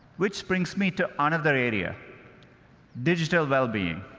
which brings me to another area digital wellbeing.